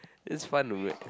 this is fun to make